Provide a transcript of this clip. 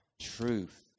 truth